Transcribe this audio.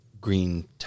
green –